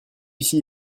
ici